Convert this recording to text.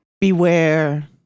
Beware